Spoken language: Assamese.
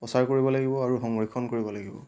প্ৰচাৰ কৰিব লাগিব আৰু সংৰক্ষণ কৰিব লাগিব